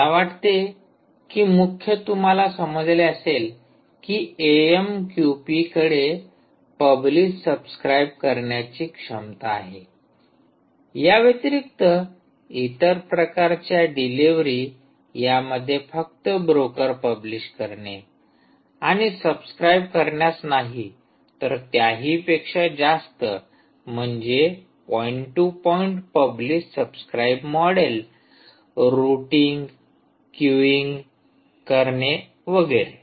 मला वाटते की मुख्य तुम्हाला समजले असेल कि एएमक्यूपीकडे पब्लिश सबस्क्राईब करण्याची क्षमता आहे याव्यतिरिक्त इतर प्रकारच्या डिलिव्हरी यामध्ये फक्त ब्रोकर पब्लिश करणे आणि सबस्क्राईब करण्यास नाही तर त्याही पेक्षा जास्त म्हणजे point to point publish subscribe model routing queueing करणे वगैरे